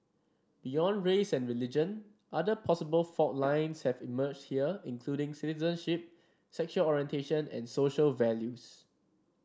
beyond race and religion other possible fault lines have emerged here including citizenship sexual orientation and social values